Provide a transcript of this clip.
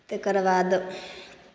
तेकर बाद